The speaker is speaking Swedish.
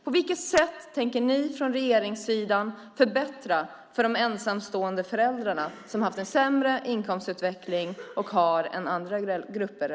På vilket sätt tänker ni från regeringssidan förbättra för de ensamstående föräldrar som relativt sett haft, och har, en sämre inkomstutveckling än andra grupper?